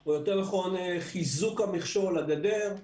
או יותר נכון חיזוק המכשול לגדר,